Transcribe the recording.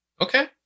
Okay